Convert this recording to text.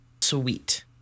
Sweet